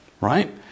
Right